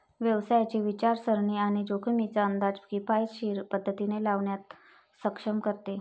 व्यवसायाची विचारसरणी आणि जोखमींचा अंदाज किफायतशीर पद्धतीने लावण्यास सक्षम करते